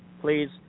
please